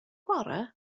chwarae